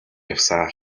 явсаар